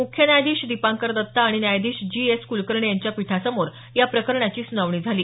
मुख्य न्यायाधीश दीपांकर दत्ता आणि न्यायाधीश जी एस कुलकर्णी यांच्या पीठासमोर या प्रकरणाची सुनावणी झाली